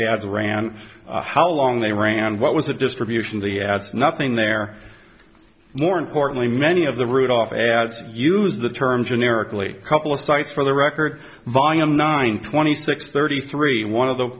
ads ran how long they ran what was the distribution of the ads nothing there more importantly many of the rudolph ads use the term generically a couple of sites for the record volume nine twenty six thirty three one of the